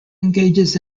engages